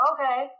Okay